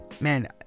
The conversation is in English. man